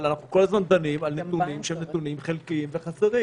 אבל אנחנו כל הזמן דנים על נתונים שהם חלקיים וחסרים.